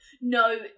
No